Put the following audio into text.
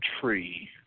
Tree